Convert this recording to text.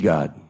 God